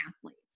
athletes